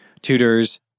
tutors